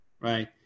right